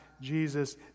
jesus